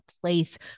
place